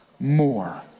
more